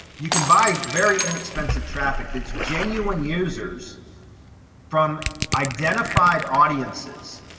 you can buy very inexpensive traffic, that's genuine users from identified audiences,